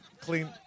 clean